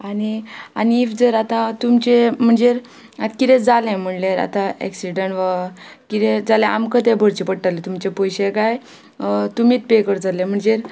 आनी आनी इफ जर आतां तुमचे म्हणजेर आत कितें जालें म्हुल्यार आतां एक्सिडंट व कितें जाल्यार आमकां तें भरचें पडटलें तुमचे पयशे कांय तुमीत पे करतले म्हणजेर